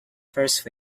first